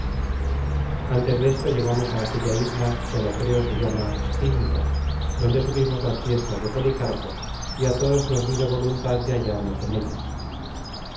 antes desto llegamos a aquella isla que á lo que creo se llama scinta donde supimos las fiestas de policarpo y á todos nos vino voluntad de hallarnos en ellas